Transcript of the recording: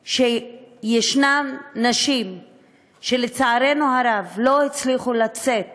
שישנן נשים שלצערנו הרב לא הצליחו לצאת